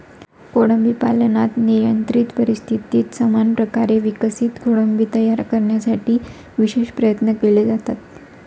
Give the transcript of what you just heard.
कोळंबी पालनात नियंत्रित परिस्थितीत समान प्रकारे विकसित कोळंबी तयार करण्यासाठी विशेष प्रयत्न केले जातात